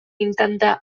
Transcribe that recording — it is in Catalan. intentar